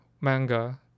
manga